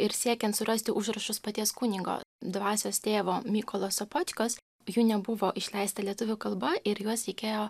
ir siekiant surasti užrašus paties kunigo dvasios tėvo mykolo sopočkos jų nebuvo išleista lietuvių kalba ir juos reikėjo